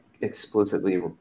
explicitly